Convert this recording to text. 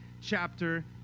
chapter